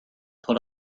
put